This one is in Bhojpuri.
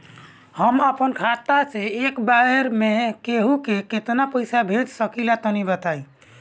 हम आपन खाता से एक बेर मे केंहू के केतना पईसा भेज सकिला तनि बताईं?